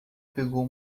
pegou